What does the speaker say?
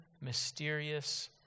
mysterious